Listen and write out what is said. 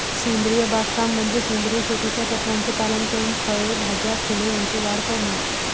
सेंद्रिय बागकाम म्हणजे सेंद्रिय शेतीच्या तत्त्वांचे पालन करून फळे, भाज्या, फुले यांची वाढ करणे